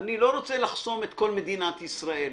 אני לא רוצה לחסום את כל מדינת ישראל.